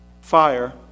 fire